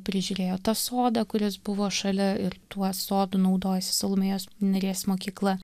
prižiūrėjo tą sodą kuris buvo šalia ir tuo sodu naudojosi salomėjos nėries mokykla